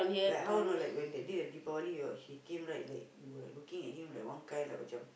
like how know like when that day the Deepavali he came right like you were looking at him like one kind like macam